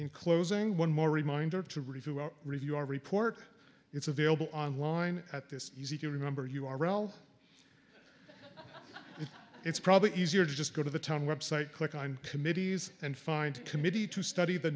in closing one more reminder to review our review of report it's available online at this easy to remember u r l it's probably easier to just go to the town website click on committees and find committee to study the